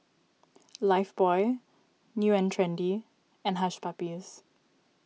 Lifebuoy New and Trendy and Hush Puppies